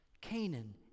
Canaan